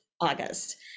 august